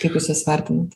kaip jūs jas vertinat